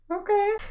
Okay